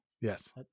Yes